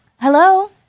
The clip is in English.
Hello